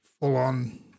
full-on